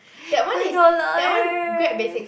five dollar eh